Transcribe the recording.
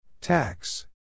Tax